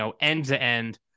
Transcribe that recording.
end-to-end